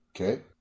okay